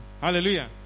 Hallelujah